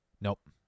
Nope